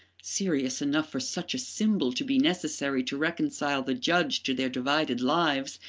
serious enough for such a symbol to be necessary to reconcile the judge to their divided lives,